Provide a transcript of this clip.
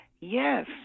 Yes